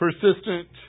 Persistent